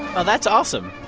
well, that's awesome.